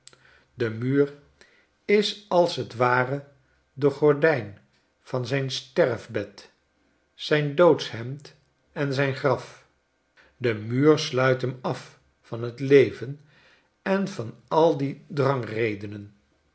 de muur is als t ware de gordyn van zyn sterfbed zijn doodshemd en zijn graf de muur sluit hem af van t leven en van al die